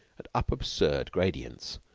and up absurd gradients.